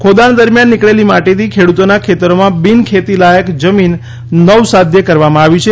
ખોદાણ દરમિયાન નીકળેલી માટીથી ખેડૂતોના ખેતરોમાં બિન ખેતી લાયક જમીન નવસાધ્ય કરવામાં આવી છે